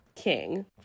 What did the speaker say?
King